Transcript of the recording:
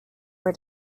were